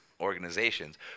organizations